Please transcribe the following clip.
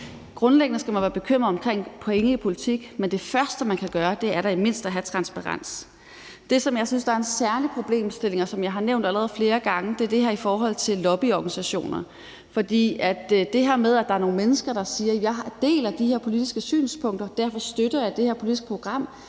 Grundlæggende skal man være bekymret for penge i politik, og det første, man kan gøre, er da i det mindste at have transparens. Det, som jeg synes er en særlig problemstilling, og som jeg allerede har nævnt flere gange, er det her, der handler om lobbyorganisationer. For det her med, at der er nogle mennesker, der siger, at de deler de her politiske synspunkter, og at de derfor støtter det her politiske program,